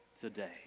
today